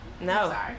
No